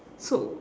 so